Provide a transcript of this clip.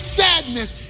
sadness